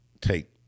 take